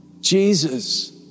Jesus